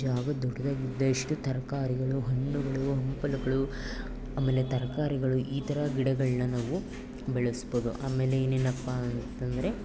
ಜಾಗ ದೊಡ್ದಾಗಿದ್ದಷ್ಟು ತರಕಾರಿಗಳು ಹಣ್ಣುಗಳು ಹಂಪಲುಗಳು ಆಮೇಲೆ ತರಕಾರಿಗಳು ಈ ಥರ ಗಿಡಗಳನ್ನು ನಾವು ಬೆಳೆಸ್ಬೌದು ಆಮೇಲೆ ಇನ್ನೇನಪ್ಪಾ ಅಂತಂದರೆ